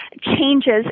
changes